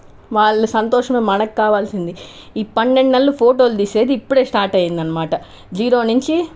వాళ్ళ సంతోషమే మనకి కావాల్సింది ఈ పన్నెండు నెలలు ఫోటోలు తీసేది ఇప్పుడే స్టార్ట్ అయ్యిందన్నమాట జీరో నుంచి